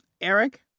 Eric